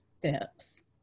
steps